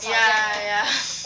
ya ya